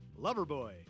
Loverboy